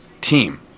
team